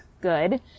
good